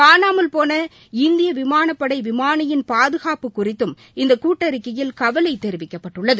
காணமால் போன இந்திய விமானப் படை விமானியின் பாதுகாப்பு குறித்தும் இந்த கூட்டறிக்கையில் கவலை தெரிவிக்கப்பட்டுள்ளது